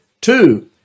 Two